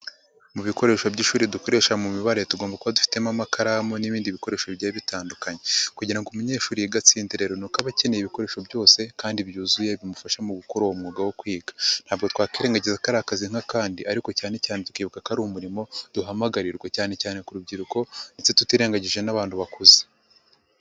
Mu bikoresho by'ishuri dukoresha mu mibare, tugomba kuba dufitemo amakaramu n'ibindi bikoresho bigiye bitandukanye kugira ngo umunyeshuri yige atsinde rero ni uko aba akeneye ibikoresho byose kandi byuzuye, bimufasha mu gukora uwo mwuga wo kwiga, ntabwo twakwirengagiza ko ari akazi nk'akandi ariko cyane cyane tukibuka ko ari umurimo duhamagarirwa, cyane cyane ku rubyiruko ndetse tutirengagije n'abantu bakuze.